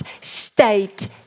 State